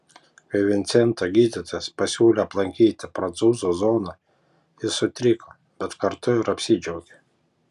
kai vincento gydytojas pasiūlė aplankyti prancūzų zoną jis sutriko bet kartu ir apsidžiaugė